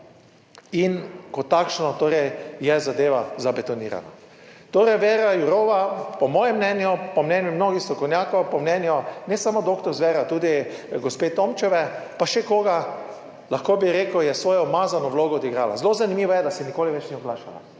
in kot takšno, torej je zadeva zabetonirana. Torej, Věra Jourová po mojem mnenju, po mnenju mnogih strokovnjakov, po mnenju, ne samo doktor Zvera, tudi gospe Tomčeve, pa še koga, lahko bi rekel, je svojo umazano vlogo odigrala. Zelo zanimivo je, da se nikoli več ni oglašala.